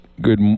good